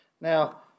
Now